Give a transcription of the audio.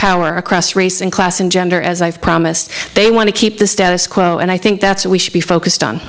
power across race and class and gender as i've promised they want to keep the status quo and i think that's what we should be focused on